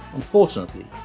unfortunately,